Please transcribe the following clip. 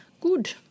Good